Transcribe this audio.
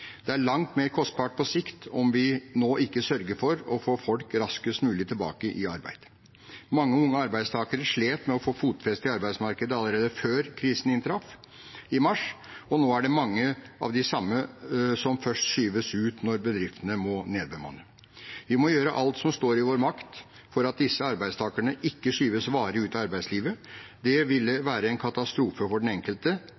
det skal de gjøre i en krise. Det er langt mer kostbart på sikt om vi ikke nå sørger for å få folk raskest mulig tilbake i arbeid. Mange unge arbeidstakere slet med å få fotfeste i arbeidsmarkedet allerede før krisen inntraff i mars, og nå er det mange av de samme som skyves ut først når bedriftene må nedbemanne. Vi må gjøre alt som står i vår makt for at disse arbeidstakerne ikke skyves varig ut av arbeidslivet.